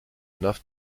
enough